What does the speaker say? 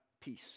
peace